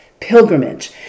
pilgrimage